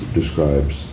describes